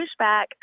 pushback